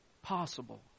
Possible